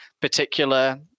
particular